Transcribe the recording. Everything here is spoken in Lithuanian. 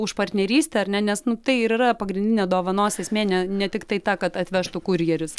už partnerystę ar ne nes nu tai ir yra pagrindinė dovanos esmė ne ne tiktai ta kad atvežtų kurjeris